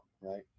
right